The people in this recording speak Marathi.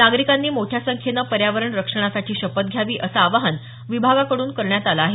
नागरिकांनी मोठ्या संख्येने पर्यावरण रक्षणासाठी शपथ घ्यावी असं आवाहन विभागाकडून करण्यात आलं आहे